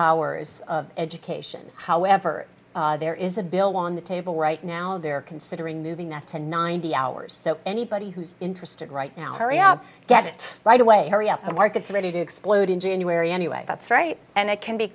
hours of education however there is a bill on the table right now they're considering moving that to ninety hours so anybody who's interested right now hurry up get it right away hurry up the markets ready to explode in january anyway that's right and it can be